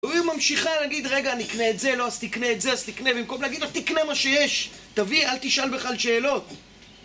והיא ממשיכה להגיד, רגע, אני אקנה את זה, לא, אז תקנה את זה, אז תקנה, במקום להגיד לו, תקנה מה שיש. תביא, אל תשאל בכלל שאלות.